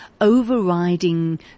overriding